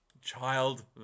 Child